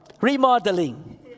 remodeling